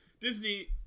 Disney